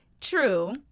True